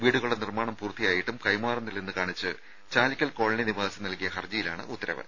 വീടുകളുടെ നിർമാണം പൂർത്തിയായിട്ടും കൈമാറുന്നില്ലെന്ന് കാണിച്ച് ചാലിക്കൽ കോളനി നിവാസി നൽകിയ ഹർജിയിലാണ് ഉത്തരവ്